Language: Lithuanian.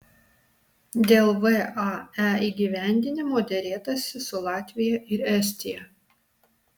dėl vae įgyvendinimo derėtasi su latvija ir estija